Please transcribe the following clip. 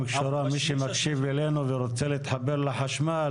מי שמקשיב אלינו ורוצה להתחבר לחשמל